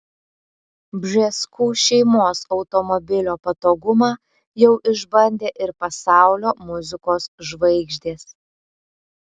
bžeskų šeimos automobilio patogumą jau išbandė ir pasaulio muzikos žvaigždės